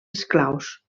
esclaus